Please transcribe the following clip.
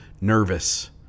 nervous